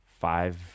five